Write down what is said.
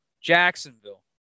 Jacksonville